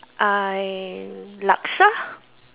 I laksa